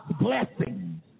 blessings